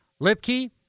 Lipke